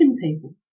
people